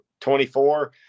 24